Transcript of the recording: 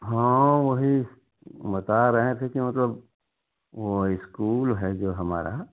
हाँ वही बता रहे थे कि मतलब वह इस्कूल है जो हमारा